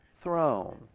throne